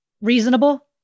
reasonable